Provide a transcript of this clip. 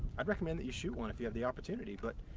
i'd recommend that you shoot one if you have the opportunity but,